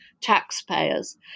taxpayers